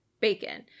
bacon